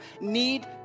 need